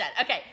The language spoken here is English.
Okay